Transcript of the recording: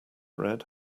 red